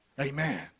Amen